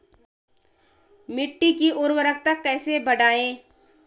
मिट्टी की उर्वरकता कैसे बढ़ायें?